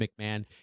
McMahon—